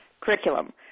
curriculum